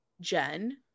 jen